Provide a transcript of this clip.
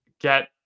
get